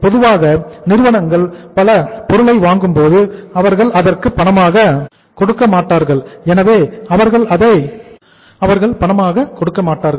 பொதுவாக நிறுவனங்கள் மூல பொருளை வாங்கும்போது அவர்கள் அதற்கு பணமாக கொடுக்க மாட்டார்கள்